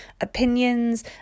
opinions